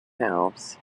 house